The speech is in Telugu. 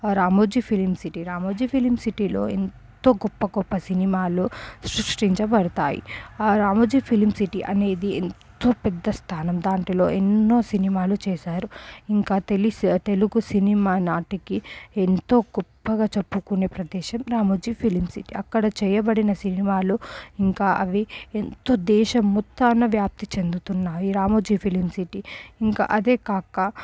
Ramoji Film City Ramoji Film సిటీలో ఎంతో గొప్ప గొప్ప సినిమాలు సృష్టించబడతాయి ఆ రామోజీ ఫిలిం సిటీ అనేది ఎంతో పెద్ద స్థానం దానిలో ఎన్నో సినిమాలు చేశారు ఇంకా తెలిసే తెలుగు సినిమా నాటికి ఎంతో గొప్పగా చెప్పుకునే ప్రదేశం రామోజీ ఫిలిం సిటీ అక్కడ చేయబడిన సినిమాలు ఇంకా అవి ఎంతో దేశం మొత్తం వ్యాప్తి చెందుతున్నాయి రామోజీ ఫిలిం సిటీ ఇంకా అదే కాక